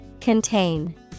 Contain